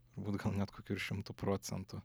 turbūt gal net kokiu ir šimtu procentų